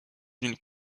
d’une